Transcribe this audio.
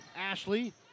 Ashley